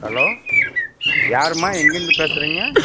hello யாரும்மா எங்கேயிருந்து பேசுகிறீங்க